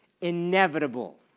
inevitable